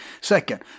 Second